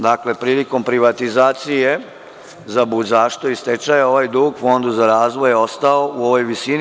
Dakle, prilikom privatizacije za bud zašto i stečaja, ovaj dug Fondu za razvoj je ostao u ovoj visini.